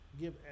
give